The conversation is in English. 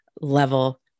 level